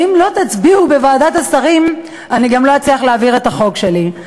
שאם לא תצביעו בוועדת השרים אני גם לא אצליח להעביר את החוק שלי.